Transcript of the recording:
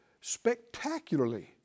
spectacularly